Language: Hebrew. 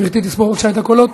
גברתי תספור בבקשה את הקולות.